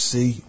See